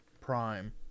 prime